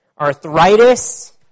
arthritis